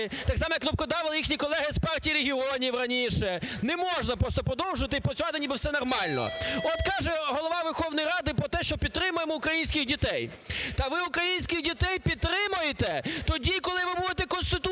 так само, як кнопкодавили їхні колеги з Партії регіонів раніше. Не можна просто продовжити і працювати ніби все нормально. От каже Голова Верховної Ради про те, що підтримаємо українських дітей. Та ви українських дітей підтримаєте тоді, коли ви будете Конституцію